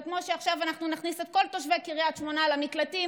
זה כמו שעכשיו אנחנו נכניס את כל תושבי קריית שמונה למקלטים